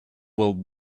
will